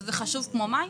שזה חשוב כמו מים?